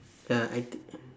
ya I T